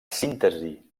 síntesi